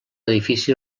edifici